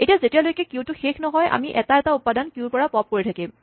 এতিয়া যেতিয়ালৈকে কিউটো শেষ নহয় আমি এটা এটা উপাদান কিউৰ পৰা পপ্ কৰি থাকিম